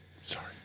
Sorry